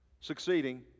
succeeding